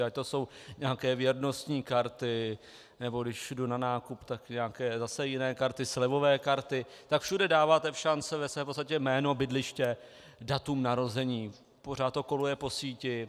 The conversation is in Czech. Ať to jsou nějaké věrnostní karty, nebo když jdu na nákup, tak nějaké zase jiné karty, slevové karty, tak všude dáváte všanc ve své podstatě jméno, bydliště, datum narození, pořád to koluje po síti.